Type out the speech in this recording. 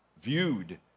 viewed